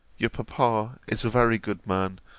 your papa is a very good man,